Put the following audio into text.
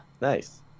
Nice